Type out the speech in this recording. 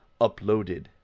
uploaded